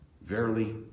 verily